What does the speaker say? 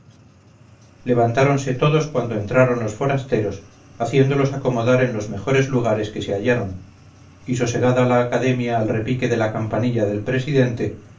andaluz levantáronse todos cuando entraron los forasteros haciéndolos acomodar en los mejores lugares que se hallaron y sosegada la academia al repique de la campanilla del presidente